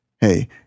Hey